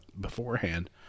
beforehand